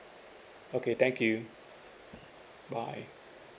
okay thank you bye